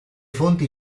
fonti